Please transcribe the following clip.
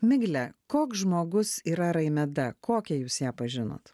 migle koks žmogus yra raimeda kokią jūs ją pažinot